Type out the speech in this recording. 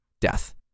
death